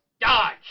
Dodge